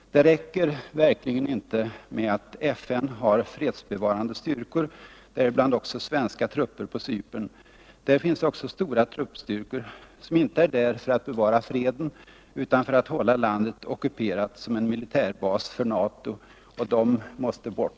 Det räcker verkligen inte med att FN har fredsbevarande styrkor, däribland också svenska trupper, på Cypern. Där finns stora truppstyrkor, som inte är där för att bevara freden utan för att hålla landet ockuperat som en militärbas för NATO. Och de måste bort!